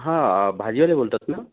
हां भाजीवाले बोलतात ना